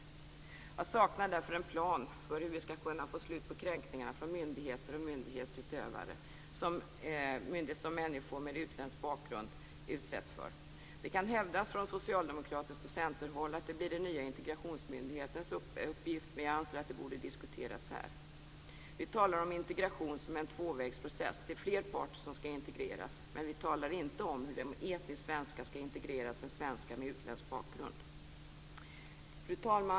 Jag saknar därför en plan för hur vi skall kunna få slut på de kränkningar från myndigheter och myndighetsutövare som människor med utländsk bakgrund utsätts för. Det kan hävdas från socialdemokratiskt håll och från centerhåll att det blir den nya integrationsmyndighetens uppgift, men jag anser att det borde ha diskuterats här. Vi talar om integration som en tvåvägsprocess. Det är fler parter som skall integreras, men vi talar inte om hur de etniskt svenska skall integreras med svenskar med utländsk bakgrund.